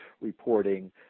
reporting